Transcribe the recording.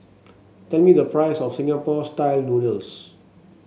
tell me the price of Singapore style noodles